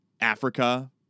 Africa